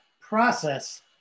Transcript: process